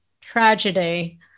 tragedy